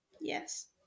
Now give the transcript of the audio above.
Yes